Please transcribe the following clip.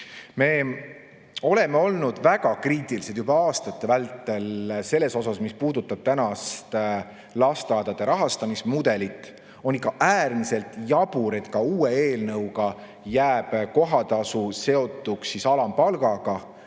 Me oleme olnud väga kriitilised juba aastate vältel selles osas, mis puudutab tänast lasteaedade rahastamise mudelit. On ikka äärmiselt jabur, et ka uue eelnõuga jääb kohatasu seotuks alampalgaga.